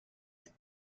ist